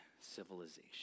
civilization